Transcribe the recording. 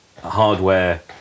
hardware